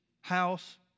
house